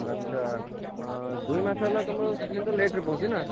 ଆଚ୍ଛା ଦୁଇ ମାସ ହେଲା ତୁମ ସିଲିଣ୍ଡର୍ ଲେଟ୍ରେ ପହଁଞ୍ଚିଛି ନା